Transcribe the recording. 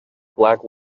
black